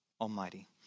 Almighty